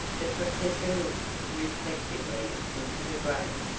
the professor looked reflectively into the grate.